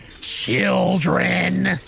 children